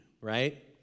Right